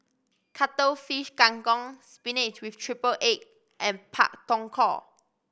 Cuttlefish Kang Kong spinach with triple egg and Pak Thong Ko